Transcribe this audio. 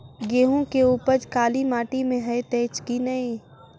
गेंहूँ केँ उपज काली माटि मे हएत अछि की नै?